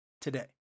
today